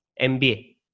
MBA